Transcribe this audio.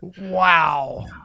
Wow